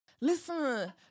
Listen